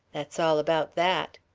that's all about that.